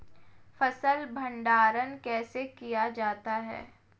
फ़सल भंडारण कैसे किया जाता है?